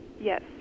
Yes